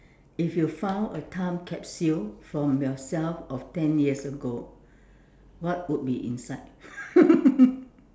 if you found a time capsule from yourself of ten years ago what would be inside